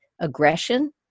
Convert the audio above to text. aggression